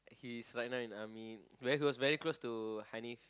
he's right now in army very close very close to Haniff